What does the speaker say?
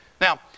Now